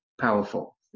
powerful